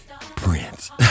Prince